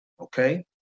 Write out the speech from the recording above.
Okay